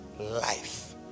life